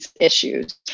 issues